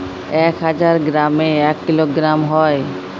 এক হাজার গ্রামে এক কিলোগ্রাম হয়